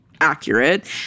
accurate